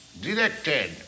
directed